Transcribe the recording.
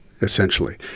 essentially